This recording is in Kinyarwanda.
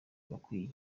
bakwiye